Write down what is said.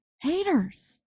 haters